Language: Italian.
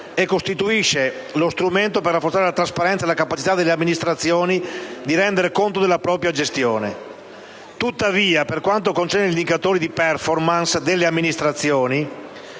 e costituisce lo strumento per rafforzare la trasparenza e la capacità delle amministrazioni di rendere conto della propria gestione. Tuttavia, per quanto concerne gli indicatori di *performance* delle amministrazioni,